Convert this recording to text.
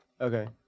Okay